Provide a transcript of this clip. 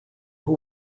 who